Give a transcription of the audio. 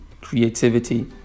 creativity